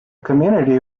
community